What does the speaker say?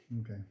Okay